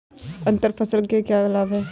अंतर फसल के क्या लाभ हैं?